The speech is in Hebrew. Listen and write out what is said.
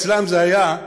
אצלם זה היה: